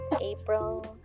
April